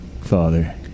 Father